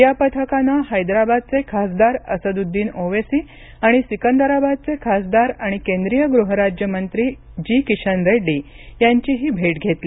या पथकानं हैदराबादचे खासदार असदुद्दिन ओवेसी आणि सिकंदराबादचे खासदार आणि केंद्रीय गृह राज्यमंत्री जी किशन रेड्डी यांचीही भेट घेतली